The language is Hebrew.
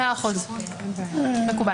מאה אחוז, מקובל.